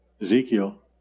Ezekiel